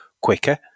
quicker